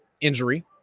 injury